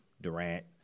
Durant